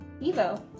Evo